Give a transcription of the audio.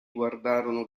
guardarono